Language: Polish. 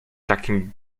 takim